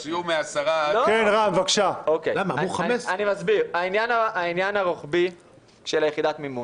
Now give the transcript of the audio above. אני מסביר: העניין הרוחבי של יחידת המימון,